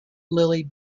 lily